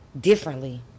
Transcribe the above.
differently